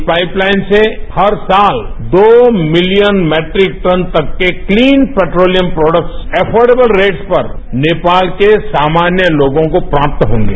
इस pipeline से हर साल दो मिलियन मैट्रिक टन तक के clean petroleum products affordable rates पर नेपाल के सामान्य लोगों को प्राप्त होंगे